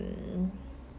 可以 liao lah okay